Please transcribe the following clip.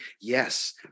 yes